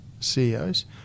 CEOs